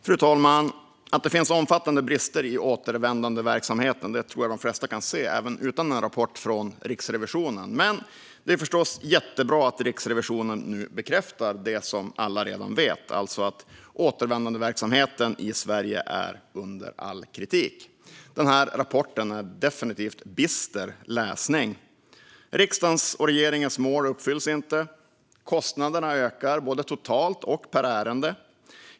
Fru talman! Att det finns omfattande brister i återvändandeverksamheten tror jag de flesta kan se även utan en rapport från Riksrevisionen. Men det är förstås jättebra att Riksrevisionen nu bekräftar det som alla redan vet, alltså att återvändandeverksamheten i Sverige är under all kritik. Rapporten är definitivt en bister läsning. Riksdagens och regeringens mål uppfylls inte. Kostnaderna ökar både totalt och per ärende.